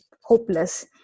hopeless